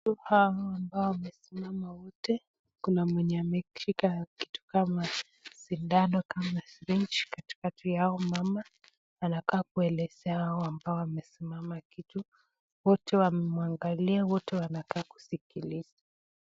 Watu hawa ambao wamesimama wote, kuna mwenye ameshika kitu kama sindano kama syringe katikati ya hao mama. Anakaa kuelezea hao ambao wamesimama kwa kitu, wote wanamwangalia, wote wanakaa kusikiliza.